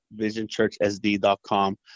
visionchurchsd.com